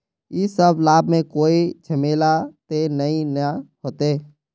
इ सब लाभ में कोई झमेला ते नय ने होते?